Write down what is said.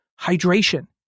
Hydration